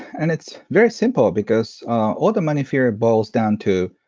and it's very simple, because all the money fear ah boils down to,